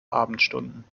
abendstunden